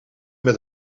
met